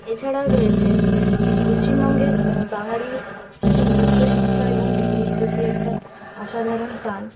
এছাড়াও রয়েছে পশ্চিমবঙ্গের বাঙালির কিছু উচ্চশিক্ষা এবং ডিগ্রির প্রতি একটা অসাধারণ টান